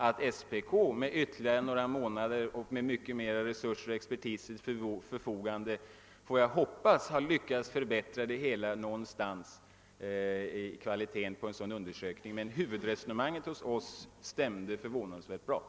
Att SPK på ytterligare några månader och med mycket mera expertis till förfogande har lyckats förbättra kvaliteten på en sådan undersökning är inte så egendomligt, men huvudresonemanget i vår